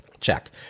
check